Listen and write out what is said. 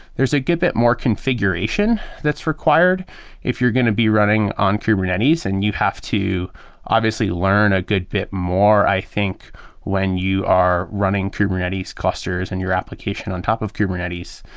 there's a good bit more configuration that's required if you're going to be running on kubernetes and you have to obviously learn a good bit more i think when you are running kubernetes clusters and your application on top of kubernetes.